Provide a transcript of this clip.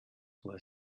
were